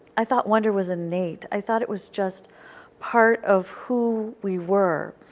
i thought wonder was innate. i thought it was just part of who we were.